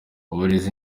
uburezi